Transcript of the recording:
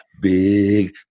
big